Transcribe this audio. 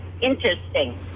interesting